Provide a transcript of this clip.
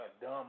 dumb